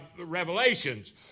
Revelations